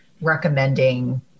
recommending